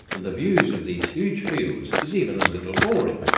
and the views of these huge fields is even a little boring,